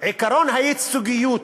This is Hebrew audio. עקרון הייצוגיות,